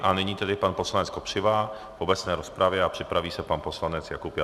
A nyní tedy pan poslanec Kopřiva v obecné rozpravě a připraví se pan poslanec Jakub Janda.